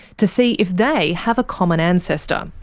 to see if they have a common ancestor,